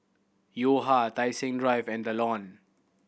Yo Ha Tai Seng Drive and The Lawn